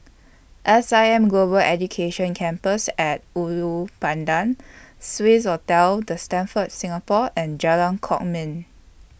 S I M Global Education Campus At Ulu Pandan Swissotel The Stamford Singapore and Jalan Kwok Min